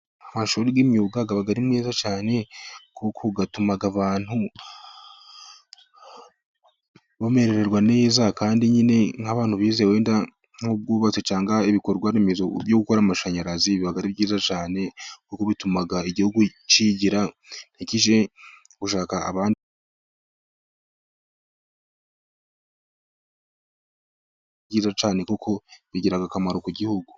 Amashuri y' imyuga aba ari meza cyane kuko atuma abantu bamererwa neza, kandi nyine nk'abantu bize wenda nk'ubwubatsi, cyangwa ibikorwa remezo byo gukora amashanyarazi biba ari byiza cyane, kuko bituma igihugu kigira ntikijye gushaka abandi...